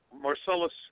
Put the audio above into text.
Marcellus